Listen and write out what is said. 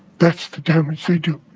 that's the damage they do